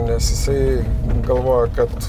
nes jisai galvoja kad